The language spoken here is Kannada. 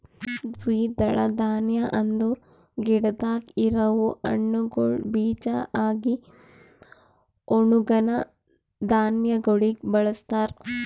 ದ್ವಿದಳ ಧಾನ್ಯ ಅಂದುರ್ ಗಿಡದಾಗ್ ಇರವು ಹಣ್ಣುಗೊಳ್ ಬೀಜ ಆಗಿ ಒಣುಗನಾ ಧಾನ್ಯಗೊಳಾಗಿ ಬಳಸ್ತಾರ್